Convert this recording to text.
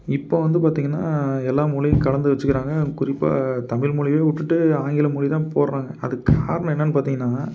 இப்போ வந்து பார்த்தீங்கன்னா எல்லா மொழியும் கலந்து வச்சுக்குறாங்க குறிப்பா தமிழ் மொழியே விட்டுட்டு ஆங்கில மொழி தான் போடுறாங்க அதுக்கு காரணம் என்னன்னு பார்த்தீங்கன்னா